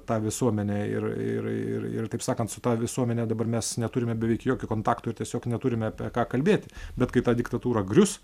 tą visuomenę ir ir ir ir taip sakant su ta visuomene dabar mes neturime beveik jokių kontaktų ir tiesiog neturime apie ką kalbėti bet kai ta diktatūra grius